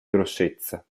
grossezza